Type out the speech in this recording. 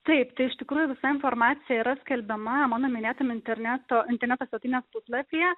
taip tai iš tikrųjų visa informacija yra skelbiama mano minėtam interneto interneto svetainės puslapyje